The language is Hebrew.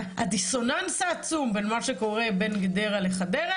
הדיסוננס העצום בין מה שקורה בין גדרה לחדרה,